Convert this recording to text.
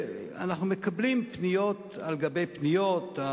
אנחנו מקבלים פניות על גבי פניות.